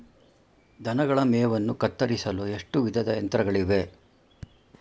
ದನಗಳ ಮೇವನ್ನು ಕತ್ತರಿಸಲು ಎಷ್ಟು ವಿಧದ ಯಂತ್ರಗಳಿವೆ?